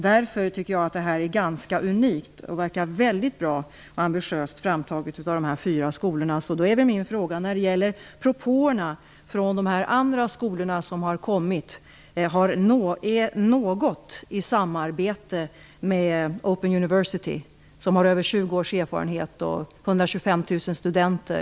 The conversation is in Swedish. Därför är detta projekt ganska unikt, och det verkar mycket bra och ambitiöst framtaget av dessa fyra skolor. Min fråga är då: Är något av de propåer som kommit från de andra skolorna i samarbete med Open university, en skola som har över 20 års erfarenhet och 125 000 studenter?